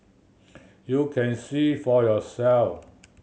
you can see for yourselves